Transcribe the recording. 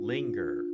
Linger